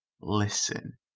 listen